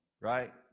right